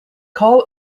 call